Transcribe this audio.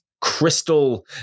crystal